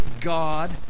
god